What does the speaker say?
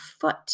foot